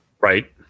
Right